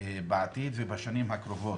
בעתיד ובשנים הקרובות.